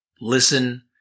listen